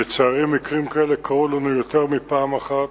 לצערי, מקרים כאלה קרו לנו יותר מפעם אחת,